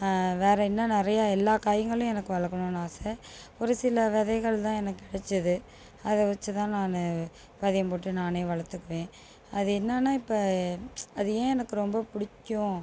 வேறு இன்னும் நிறைய எல்லா காய்ங்களும் எனக்கு வளர்க்கணுன்னு ஆசை ஒரு சில விதைகள்தான் எனக்கு கிடச்சது அதை வச்சுதான் நான் பதியம் போட்டு நானே வளர்த்துக்குவேன் அது என்னென்னா இப்போ அது ஏன் எனக்கு ரொம்ப பிடிக்கும்